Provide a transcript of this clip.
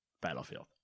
Battlefield